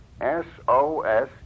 S-O-S